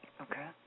Okay